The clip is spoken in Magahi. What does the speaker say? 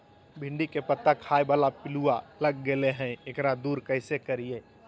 भिंडी के पत्ता खाए बाला पिलुवा लग गेलै हैं, एकरा दूर कैसे करियय?